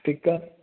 ठीकु आहे